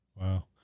Wow